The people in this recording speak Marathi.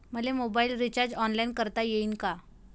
मले मोबाईल रिचार्ज ऑनलाईन करता येईन का?